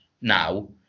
now